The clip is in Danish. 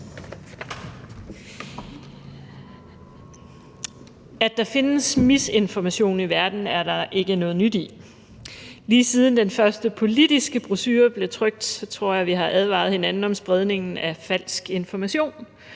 At der findes misinformation i verden, er der ikke noget nyt i. Lige siden den første politiske brochure blev trykt, tror jeg vi har advaret hinanden om spredningen af falsk information,